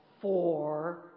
four